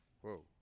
Whoa